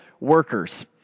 workers